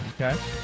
Okay